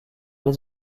les